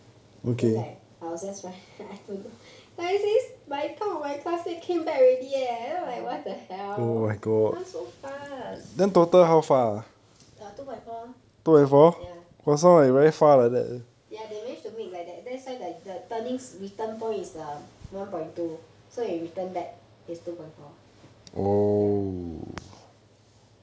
then like I was just right I don't know some of my classmate came back already leh then I like what the hell how so fast err two point four lor ya ya they manage to make like that that's why the the turnings return point is the one point two so you return back is two point four ya